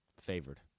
Favored